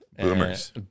Boomers